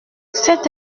cet